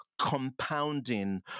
compounding